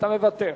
אתה מוותר.